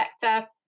sector